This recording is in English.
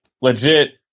legit